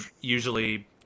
usually